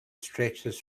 stretches